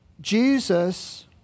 Jesus